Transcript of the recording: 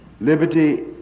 Liberty